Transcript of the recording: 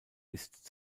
ist